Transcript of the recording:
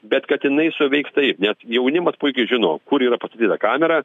bet kad jinai suveiks taip nes jaunimas puikiai žino kur yra pastatyta kamerą